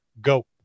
Go